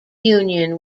union